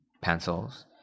pencils